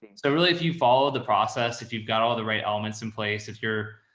i mean so really if you follow the process, if you've got all the right elements in place, if you're,